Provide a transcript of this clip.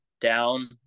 down